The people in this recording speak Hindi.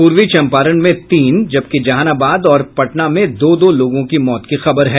पूर्वी चंपारण जिले में तीन जबकि जहानाबाद और पटना में दो लोगों की मौत की खबर है